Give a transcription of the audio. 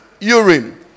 urine